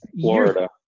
Florida